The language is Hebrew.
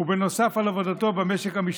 בנוסף על עבודתו במשק המשפחתי.